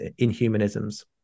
inhumanisms